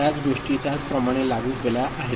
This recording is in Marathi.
त्याच गोष्टी त्याचप्रमाणे लागू केल्या आहेत